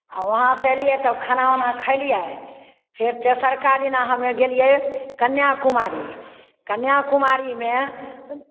आ वहाँसँ एलियै तऽ खाना वाना खेलियै फेर तेसरका दिना हमे गेलियै कन्याकुमारी कन्याकुमारीमे